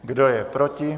Kdo je proti?